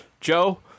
Joe